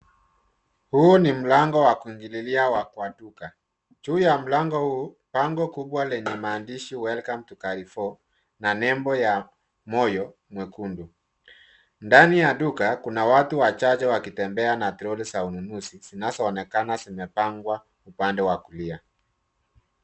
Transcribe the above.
Huu ni mlango wa kuingililia duka. Juu ya mlango huu, bango kubwa lenye maandishi welcome to carrefour na nembo ya moyo mwekundu. Ndani ya duka, kuna watu wachache wakitembea na troli za ununuzi, zinazoonekana zimepangwa upande wa kulia.